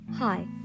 Hi